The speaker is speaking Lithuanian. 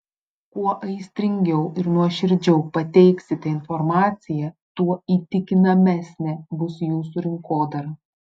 kuo aistringiau ir nuoširdžiau pateiksite informaciją tuo įtikinamesnė bus jūsų rinkodara